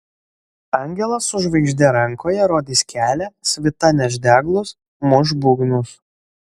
angelas su žvaigžde rankoje rodys kelią svita neš deglus muš būgnus